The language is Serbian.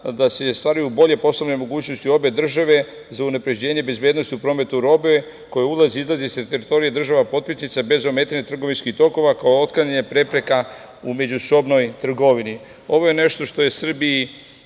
zakona ostvaruju bolje poslovne mogućnosti u obe države za unapređenje bezbednosti u prometu robe koja ulazi i izlazi sa teritorija država potpisnica, bez ometanja trgovinskih tokova, kao otklanjanje prepreka u međusobnoj trgovini. Ovo je nešto što je Srbiji